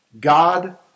God